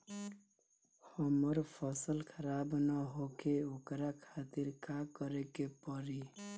हमर फसल खराब न होखे ओकरा खातिर का करे के परी?